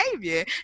behavior